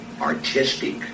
artistic